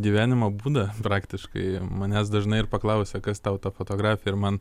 gyvenimo būdą praktiškai manęs dažnai ir paklausia kas tau ta fotografija ir man